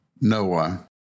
Noah